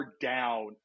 down